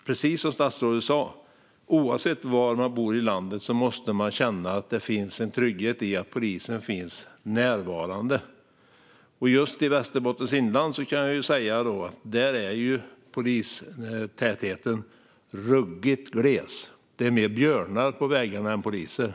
Precis som statsrådet sa måste man, oavsett var i landet man bor, känna trygghet i att polisen finns närvarande. Jag kan säga att just i Västerbottens inland är polistätheten ruggigt gles. Det är fler björnar än poliser på vägarna.